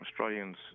Australians